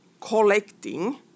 collecting